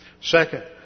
Second